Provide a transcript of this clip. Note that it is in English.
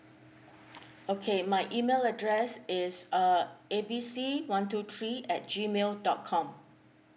okay my email address is err A B C one two three at G mail dot com